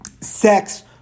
Sex